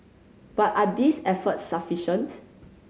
but are these efforts sufficient